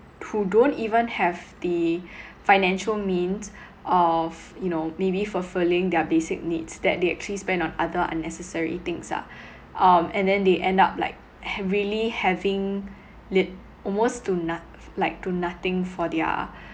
who don't even have the financial means of you know maybe fulfilling their basic needs that they actually spend on other unnecessary things ah um and then they end up like really having lit~ almost to not~ like to nothing for their